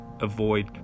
avoid